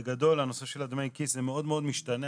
בגדול, הנושא של דמי הכיס זה מאוד מאוד משתנה.